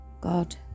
God